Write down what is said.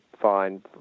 fine